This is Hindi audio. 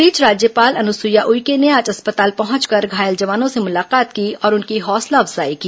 इस बीच राज्यपाल अनुसुईया उइके ने आज अस्पताल पहुंचकर घायल जवानों से मुलाकात की और उनकी हौसला अफजाई की